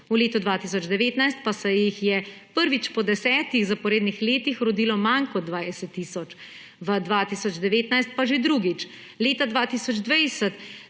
v letu 2018 pa se jih je prvič po desetih zaporednih letih rodilo manj kot 20 tisoč, v 2019 pa že drugič. Leta 2020